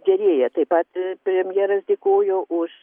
gerėja taip pat premjeras dėkojo už